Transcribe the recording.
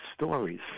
stories